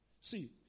See